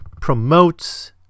promotes